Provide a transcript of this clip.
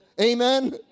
Amen